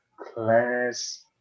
class